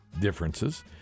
differences